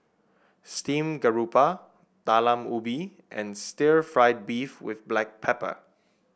Steamed Garoupa Talam Ubi and Stir Fried Beef with Black Pepper